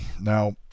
Now